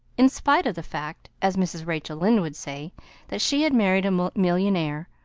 in spite of the fact as mrs. rachel lynde would say that she had married a millionaire,